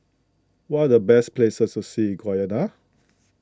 what are the best places to see in Guyana